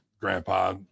grandpa